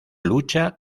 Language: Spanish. lucha